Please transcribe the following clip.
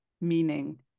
meaning